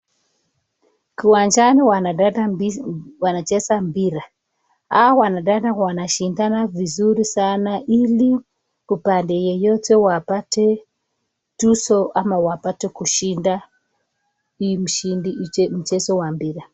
Kiwanjani wanadada wanacheza mpira, hao wanadada wanashindana vizuri sana ili upande yeyote wapate tuzo ama wapate kushinda hii mchezo wa mpira